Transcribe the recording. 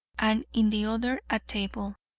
and in the other a table.